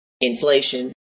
inflation